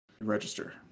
register